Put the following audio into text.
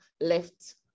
left